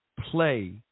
play